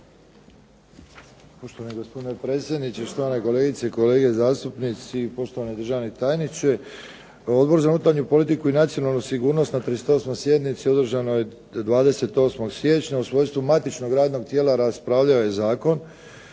Poštovani gospodine predsjedniče, štovane kolegice i kolege zastupnici i poštovani državni tajniče. Odbor za unutarnju politiku i nacionalnu sigurnost na 38. sjednici održanoj 28. siječnja u svojstvu matičnog radnog tijela raspravljao je zakon.